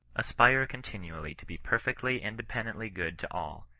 aspire continually to be perfectly, independently good to all,